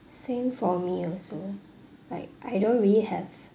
same for me also like I don't really have